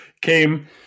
came